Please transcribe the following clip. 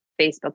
Facebook